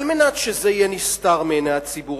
על מנת שזה יהיה נסתר מעיני הציבור,